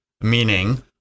Meaning